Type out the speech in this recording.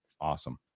Awesome